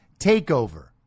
takeover